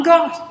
God